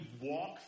walk